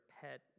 pet